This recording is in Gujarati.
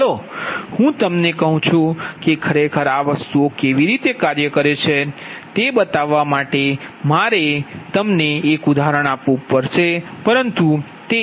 ચાલો હું તમને કહું છું કે ખરેખર આ વસ્તુઓ કેવી રીતે કાર્ય કરે છે તે બતાવવા માટે છે પરંતુ તે એવું નથી